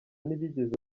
ntibigeze